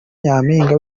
nyampinga